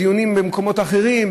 דיונים במקומות אחרים,